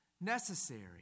necessary